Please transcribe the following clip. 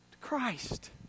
Christ